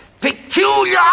peculiar